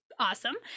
Awesome